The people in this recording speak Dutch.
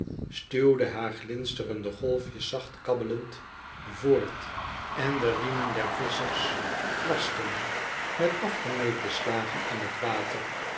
stuwde haar glinsterende golf jes zacht kabbelend voort en de riemen der visschers plasten met afgemeten slagen in het water